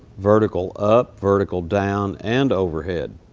vertical up, vertical down, and overhead,